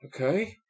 Okay